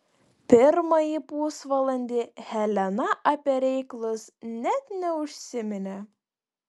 pirmąjį pusvalandį helena apie reikalus net neužsiminė